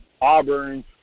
Auburn